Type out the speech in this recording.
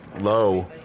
low